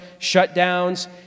shutdowns